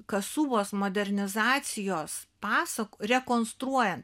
kasubos modernizacijos pasak rekonstruojant